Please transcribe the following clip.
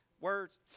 words